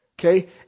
okay